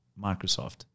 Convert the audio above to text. microsoft